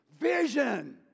Vision